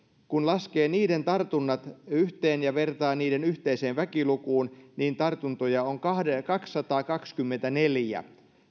kun laskee niiden tartunnat yhteen ja vertaa niiden yhteiseen väkilukuun niin sataatuhatta asukasta kohti tartuntoja on kaksisataakaksikymmentäneljä